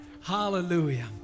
Hallelujah